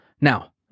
Now